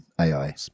AI